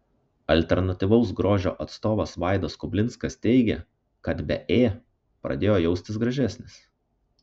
alternatyvaus grožio atstovas vaidas kublinskas teigia kad be ė pradėjo jaustis gražesnis